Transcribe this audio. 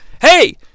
Hey